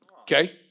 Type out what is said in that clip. Okay